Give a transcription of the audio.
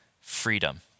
freedom